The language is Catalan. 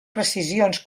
precisions